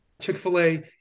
Chick-fil-A